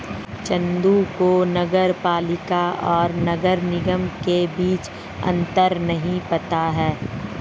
चंदू को नगर पालिका और नगर निगम के बीच अंतर नहीं पता है